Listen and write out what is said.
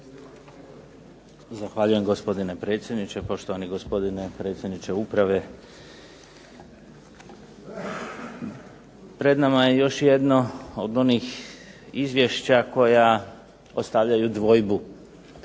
Zahvaljujem gospodine predsjedniče, poštovani gospodine predsjedniče uprave. Pred nama je još jedno od onih izvješća koja ostavljaju dvojbu,